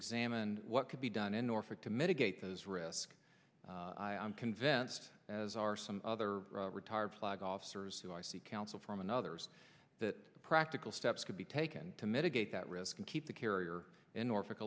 examine what could be done in norfolk to mitigate those risk i'm convinced as are some other retired flag officers who i seek counsel from and others that the practical steps could be taken to mitigate that risk and keep the carrier in norfolk